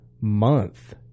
month